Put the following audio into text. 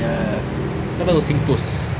kat kau tahu SingPost